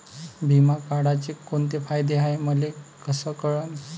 बिमा काढाचे कोंते फायदे हाय मले कस कळन?